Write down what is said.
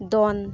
ᱫᱚᱱ